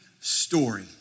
story